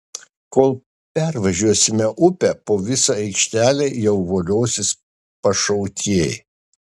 kol pervažiuosime upę po visą aikštelę jau voliosis pašautieji